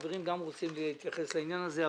החברים גם רוצים להתייחס לעניין הזה.